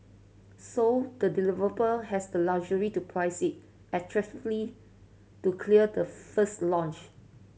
so the developer has the luxury to price it attractively to clear the first launch